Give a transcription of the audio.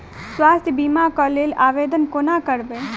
स्वास्थ्य बीमा कऽ लेल आवेदन कोना करबै?